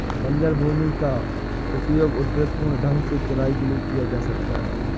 बंजर भूमि का उपयोग उद्देश्यपूर्ण ढंग से चराई के लिए किया जा सकता है